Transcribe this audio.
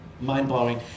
mind-blowing